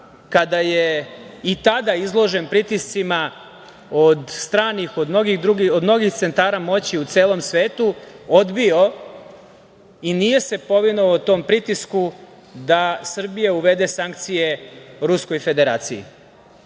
kada je i tada izložen pritiscima od stranih, od mnogih centara moći u celom svetu odbio i nije se povinovao tom pritisku da Srbija uvede sankcije Ruskoj Federaciji